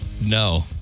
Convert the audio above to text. no